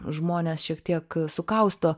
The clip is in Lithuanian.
žmones šiek tiek sukausto